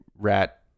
rat